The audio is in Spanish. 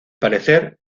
parecer